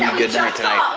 good night tonight.